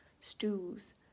stews